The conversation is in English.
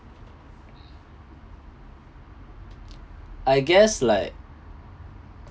I guess like